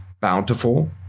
Bountiful